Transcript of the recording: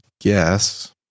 guess